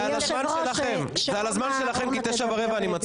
זה על הזמן שלכם, כי בתשע ורבע אני מצביע.